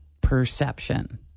perception